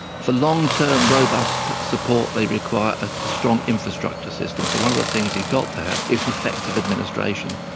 for long-term robust support they require a strong infrastructure system. so one of the things you've got to have is an effective administration.